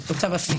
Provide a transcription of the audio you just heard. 11 מתוכם